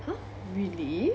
!huh! really